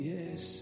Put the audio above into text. Yes